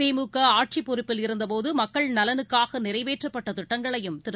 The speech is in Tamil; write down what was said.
திமுகஆட்சிப்பொறுப்பில் இருந்தபோதுமக்கள் நலனுக்காகநிறைவேற்றப்பட்டதிட்டங்களையும் திரு